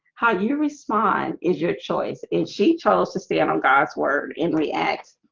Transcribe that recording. how you respond is your choice and she chose to stand on god's word and react